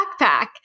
backpack